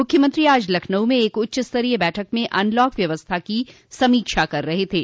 मूख्यमंत्री आज लखनऊ में एक उच्चस्तरीय बैठक में अनलॉक व्यवस्था की समीक्षा कर रहे थे